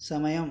సమయం